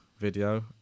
video